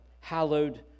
hallowed